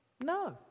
No